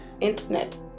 internet